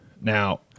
Now